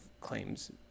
claims